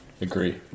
Agree